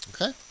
Okay